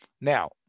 Now